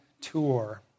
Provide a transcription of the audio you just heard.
tour